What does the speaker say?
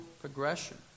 progression